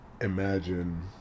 imagine